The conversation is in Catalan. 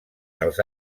dels